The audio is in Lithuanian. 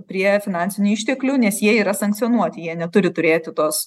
prie finansinių išteklių nes jie yra sankcionuoti jie neturi turėti tos